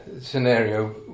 scenario